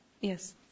Yes